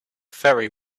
ferry